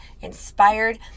inspired